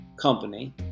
company